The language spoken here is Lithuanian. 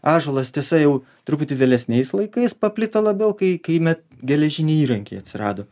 ąžuolas tiesa jau truputį vėlesniais laikais paplito labiau kai kai me geležiniai įrankiai atsirado